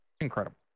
Incredible